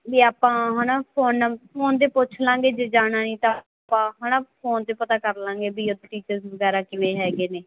ਵੀ ਆਪਾਂ ਹੈ ਨਾ ਫੋਨ ਨ ਫੋਨ 'ਤੇ ਪੁੱਛ ਲਾਂਗੇ ਜੇ ਜਾਣਾ ਹੈ ਤਾਂ ਆਪਾਂ ਹੈ ਨਾ ਫੋਨ 'ਤੇ ਪਤਾ ਕਰ ਲਾਂਗੇ ਵੀ ਵਗੈਰਾ ਕਿਵੇਂ ਹੈਗੇ ਨੇ